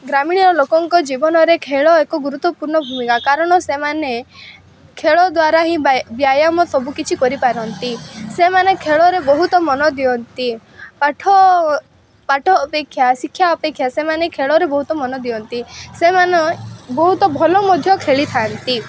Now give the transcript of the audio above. ଗ୍ରାମୀଣ ଲୋକଙ୍କ ଜୀବନରେ ଖେଳ ଏକ ଗୁରୁତ୍ୱପୂର୍ଣ୍ଣ ଭୂମିକା କାରଣ ସେମାନେ ଖେଳଦ୍ଵାରା ହିଁ ବ୍ୟାୟାମ ସବୁକିଛି କରିପାରନ୍ତି ସେମାନେ ଖେଳରେ ବହୁତ ମନ ଦିଅନ୍ତି ପାଠ ପାଠ ଅପେକ୍ଷା ଶିକ୍ଷା ଅପେକ୍ଷା ସେମାନେ ଖେଳରେ ବହୁତ ମନ ଦିଅନ୍ତି ସେମାନେ ବହୁତ ଭଲ ମଧ୍ୟ ଖେଳିଥାନ୍ତି